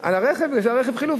על הרכב, כי זה היה רכב חלופי.